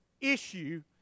issue